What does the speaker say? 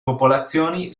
popolazioni